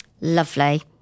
Lovely